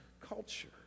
culture